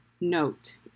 note